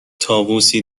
طاووسی